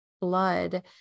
blood